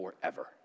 forever